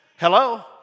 Hello